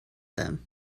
them